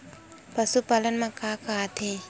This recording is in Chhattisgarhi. पशुपालन मा का का आथे?